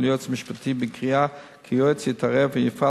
אל היועץ המשפטי בקריאה שהיועץ יתערב ויפעל